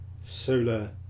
solar